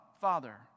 Father